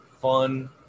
fun